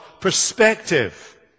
perspective